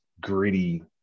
gritty